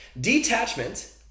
Detachment